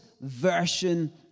version